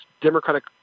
democratic